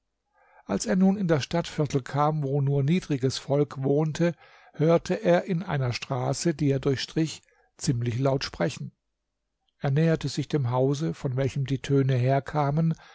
als er nun in das stadtviertel kam wo nur niedriges volk wohnte hörte er in einer straße die er durchstrich ziemlich laut sprechen er näherte sich dem hause von welchem die töne herkamen